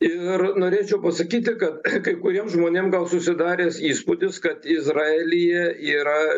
ir norėčiau pasakyti kad kai kuriem žmonėm gal susidaręs įspūdis kad izraelyje yra